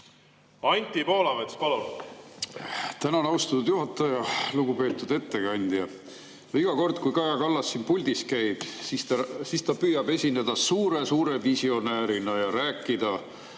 Anti Poolamets, palun! Tänan, austatud juhataja! Lugupeetud ettekandja! Iga kord, kui Kaja Kallas siin puldis käib, siis ta püüab esineda suure visionäärina ja rääkida